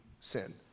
sin